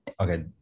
Okay